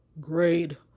grade